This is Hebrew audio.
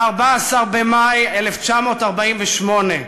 ב-14 במאי 1948,